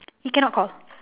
he cannot call